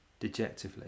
dejectively